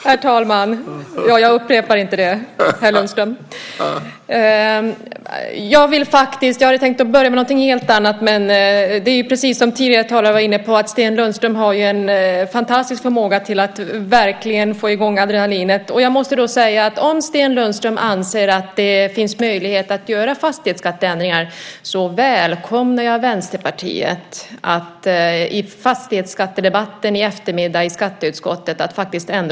Herr talman! Jag hade tänkt börja med något helt annat, men det är precis som tidigare talare var inne på att Sten Lundström har en fantastisk förmåga att verkligen få i gång adrenalinet. Jag måste säga att om Sten Lundström anser att det finns möjlighet att göra ändringar i fastighetsskatten så välkomnar jag Vänsterpartiet att i fastighetsskattedebatten i eftermiddag i skatteutskottet ändra uppfattning.